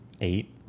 Eight